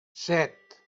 set